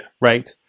right